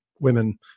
women